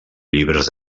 llibres